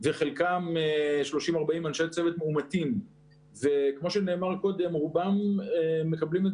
ויש בחינת רישוי ממש בימים אלה ואנחנו מקווים להשלים משם את